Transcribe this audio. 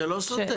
זה לא סותר.